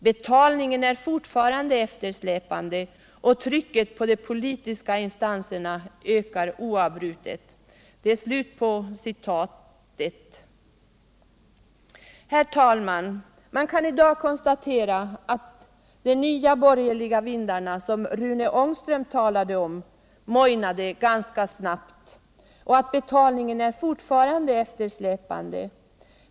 Betalningen är fortfarande eftersläpande och trycket på de politiska instanserna ökar oavbrutet.” Herr talman! Man kan i dag konstatera att de nya borgerliga vindarna, som Rune Ångström talade om, mojnade ganska snabbt och att betalningen fortfarande är eftersläpande.